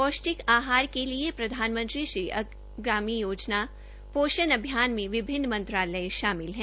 पौष्टिक आहार के लिए प्रधानमंत्री की अग्रगामी योजना पोषण अभियान में विभिन्न मंत्रालय शामिल हैं